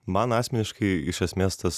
man asmeniškai iš esmės tas